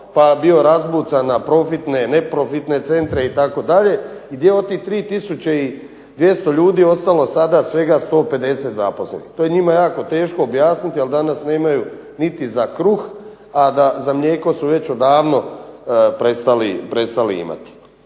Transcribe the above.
pa bio razbucan na profitne, neprofitne centre itd. gdje od tih 3200 ljudi ostalo sada svega 150 zaposlenih. To je njima jako teško objasniti, ali danas nemaju niti za kruh, a da za mlijeko su već odavno prestali imati.